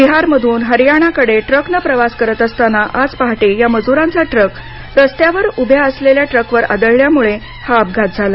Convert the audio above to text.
बिहारमधून हरयाणाकडे ट्रकनं प्रवास करत असताना आज पहाटे या मजुरांचा ट्रक रस्त्यात उभ्या असलेल्या ट्रकवर आदळल्यामुळे हा अपघात झाला